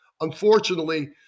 Unfortunately